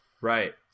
Right